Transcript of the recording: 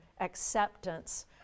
acceptance